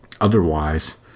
otherwise